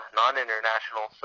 non-international